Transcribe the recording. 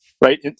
right